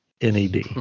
Ned